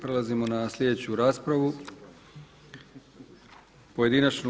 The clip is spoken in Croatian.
Prelazimo na sljedeću raspravu pojedinačnu.